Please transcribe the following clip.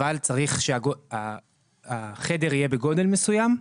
אבל צריך שהחדר יהיה בגודל מסוים,